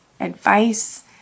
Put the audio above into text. advice